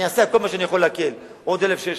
אני אעשה כל מה שאני יכול להקל, עוד 1,600,